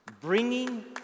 bringing